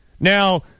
Now